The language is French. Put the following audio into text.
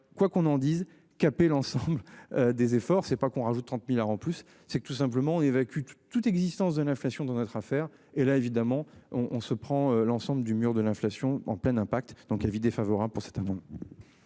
quoi qu'on en dise cap et l'ensemble. Des efforts c'est pas qu'on rajoute 30.000 en plus c'est tout simplement évacue toute existence de l'inflation dans notre affaire, et là évidemment on on se prend l'ensemble du mur de l'inflation en pleine donc avis défavorable pour cette.